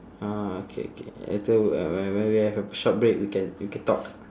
ah okay okay later when when we have a short break we can we can talk